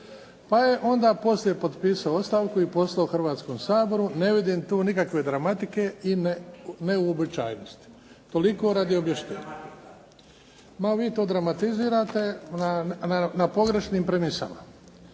Pa je onda poslije potpisao ostavku i poslao Hrvatskom saboru. Ne vidim tu nikakve dramatike i neuobičajenosti. Toliko radi objašnjenja. Ma vi to dramatizirate na pogrešnim premisama.